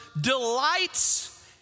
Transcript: delights